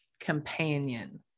companion